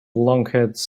lunkheads